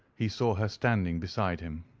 he saw her standing beside him.